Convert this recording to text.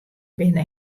binne